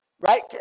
Right